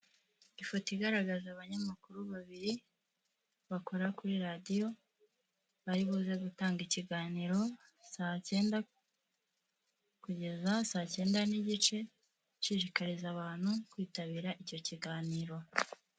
Ifoto igaragaza abanyamakuru babiri bakora kuri radiyo baribuze gutanga ikiganiro saa cyenda kugeza saa cyenda n'igice, nshishikariza abantu kwitabira icyo kiganiro.